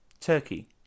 Turkey